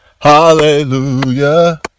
hallelujah